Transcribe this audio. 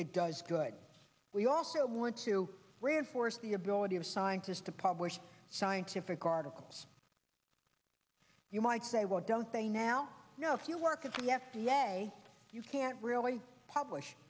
it does good we also want to reinforce the ability of scientists to publish scientific articles you might say why don't they now you know if you work at the f d a you can't really publish